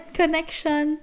connection